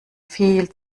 viel